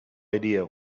idea